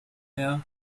her